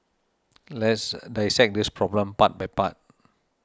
let's dissect this problem part by part